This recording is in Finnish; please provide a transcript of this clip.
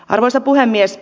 arvoisa puhemies